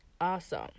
Awesome